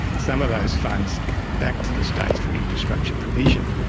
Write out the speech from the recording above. some of those funds back to the states for infrastructure provision.